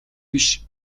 биш